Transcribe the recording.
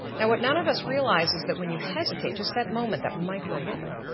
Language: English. now what none of us realize is that when you hesitate just that moment that micro moment,